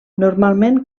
normalment